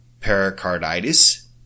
pericarditis